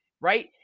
right